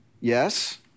yes